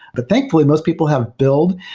but thankfully most people have build.